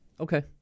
Okay